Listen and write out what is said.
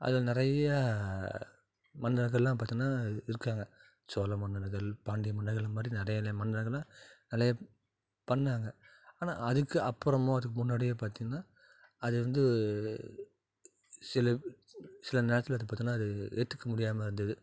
அதில் நிறையா மன்னர்கள்லாம் பார்த்தோம்னா இருக்காங்க சோழ மன்னர்கள் பாண்டிய மன்னர்கள் இந்த மாதிரி நிறைய மன்னர்கள்லாம் நிறைய பண்ணாங்க ஆனால் அதுக்கு அப்புறமோ அதுக்கு முன்னாடியோ பார்த்திங்கன்னா அது வந்து சில சில நேரத்தில் வந்து பார்த்திங்கன்னா அது ஏற்றுக்க முடியாமல் இருந்தது